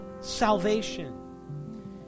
salvation